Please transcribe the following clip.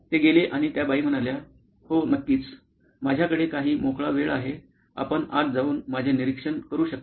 तर ते गेले आणि त्या बाई म्हणाल्या हो नक्कीच माझ्याकडे काही मोकळा वेळ आहे आपण आत जाऊन माझे निरीक्षण करू शकता